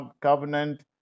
covenant